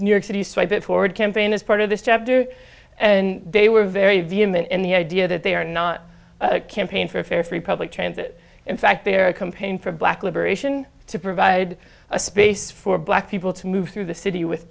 new york city so i put forward campaign as part of this chapter and they were very vehement in the idea that they are not a campaign for a fair free public transit in fact they're a companion for black liberation to provide a space for black people to move through the city with